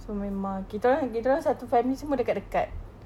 so memang kita orang kita orang satu family semua dekat-dekat